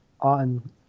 on